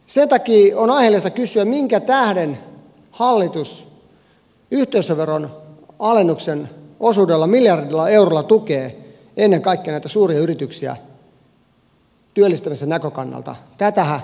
sen takia on aiheellista kysyä minkä tähden hallitus yhteisöveron alennuksen osuudella miljardilla eurolla tukee ennen kaikkea näitä suuria yrityksiä työllistämisen näkökannalta tätähän perusteltiin silloin näin